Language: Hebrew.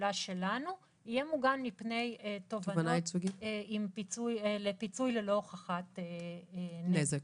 פעולה שלנו יהיה מוגן מפני תובענות לפיצוי ללא הוכחת נזק.